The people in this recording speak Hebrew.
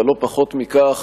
אבל לא פחות מכך,